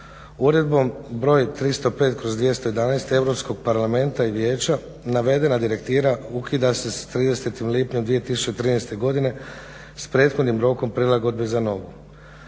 Uredbom broj 305/211 Europskog parlamenta i Vijeća navedena direktiva ukida se sa 30. lipnjem 2013. godine s prethodnim rokom prilagodbe za novu.